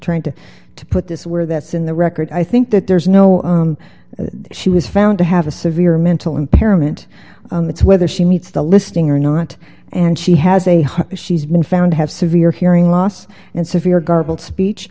trying to to put this where that's in the record i think that there's no she was found to have a severe mental impairment it's whether she meets the listing or not and she has a she's been found to have severe during loss and severe garbled speech